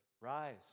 Rise